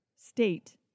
state